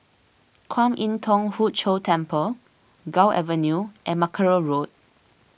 Kwan Im Thong Hood Cho Temple Gul Avenue and Mackerrow Road